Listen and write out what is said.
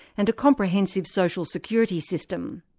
and a comprehensive social security system.